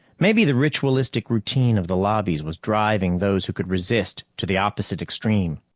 maybe the ritualistic routine of the lobbies was driving those who could resist to the opposite extreme.